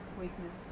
weakness